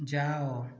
ଯାଅ